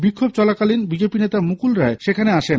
বিক্ষোভ চলাকালীন বিজেপি নেতা মুকুল রায় সেখানে আসেন